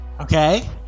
Okay